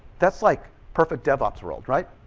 that's like perfect devops world. right.